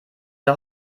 der